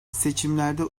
seçimlerde